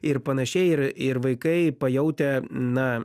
ir panašiai ir ir vaikai pajautę na